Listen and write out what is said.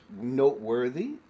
noteworthy